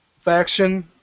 faction